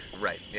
Right